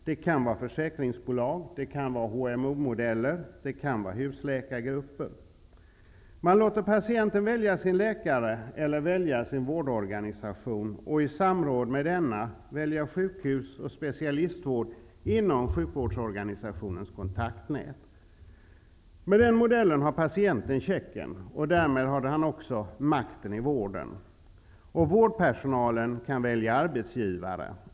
Det kan vara försäkringsbolag, HMO-modeller eller husläkargrupper. Man låter patienten välja sin läkare eller sin vårdorganisation. I samråd med denna kan patienten sedan välja sjukhus och specialistvård inom sjukvårdsorganisationens kontaktnät. Med den modellen har patienten checken och därmed också makten i vården. Vårdpersonalen kan välja arbetsgivare.